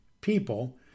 people